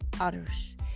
others